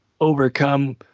overcome